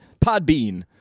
Podbean